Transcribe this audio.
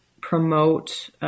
promote